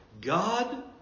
God